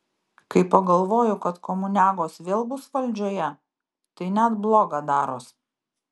kai pagalvoju kad komuniagos vėl bus valdžioje tai net bloga daros